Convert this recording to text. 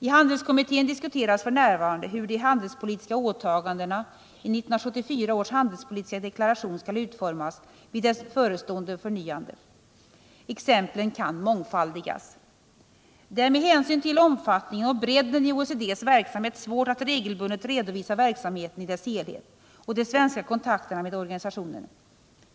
I handelskommittén diskuteras f. n. hur de handelspolitiska åtagandena i 1974 års handelspolitiska deklaration skall utformas vid dess förestående förnyande. Exemplen kan mångfaldigas. Det är med hänsyn till omfattningen och bredden av OECD:s verksamhet svårt att regelbundet redovisa verksamheten i dess helhet och de svenska 111 kontakterna med organisationen.